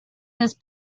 this